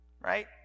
Right